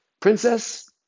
Princess